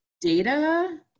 data